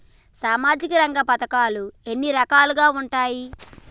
సామాజిక రంగ పథకాలు ఎన్ని రకాలుగా ఉంటాయి?